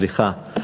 סליחה,